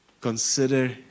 Consider